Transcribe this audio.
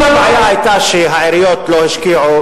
אם הבעיה היתה שהעיריות לא השקיעו,